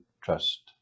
trust